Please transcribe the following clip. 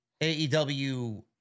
AEW